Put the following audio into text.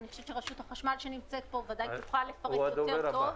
אני חושבת שנציגי רשות החשמל שנמצאים פה בוודאי יוכלו לפרט טוב יותר.